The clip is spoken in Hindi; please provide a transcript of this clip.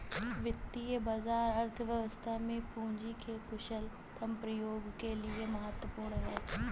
वित्तीय बाजार अर्थव्यवस्था में पूंजी के कुशलतम प्रयोग के लिए महत्वपूर्ण है